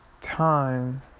time